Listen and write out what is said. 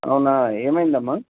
అవునా ఏమైంది అమ్మ